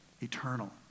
eternal